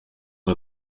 und